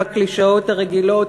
עם הקלישאות הרגילות.